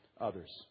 others